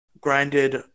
grinded